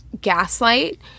gaslight